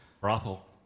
Brothel